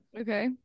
okay